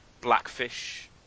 Blackfish